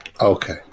Okay